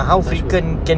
tak sure